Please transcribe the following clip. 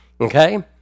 okay